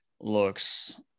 looks –